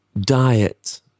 diet